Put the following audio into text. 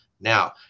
now